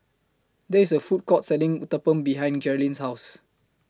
There IS A Food Court Selling Uthapam behind Geralyn's House